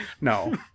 No